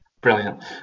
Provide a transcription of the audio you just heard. Brilliant